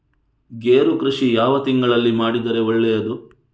ಗೇರು ಕೃಷಿ ಯಾವ ತಿಂಗಳಲ್ಲಿ ಮಾಡಿದರೆ ಒಳ್ಳೆಯದು?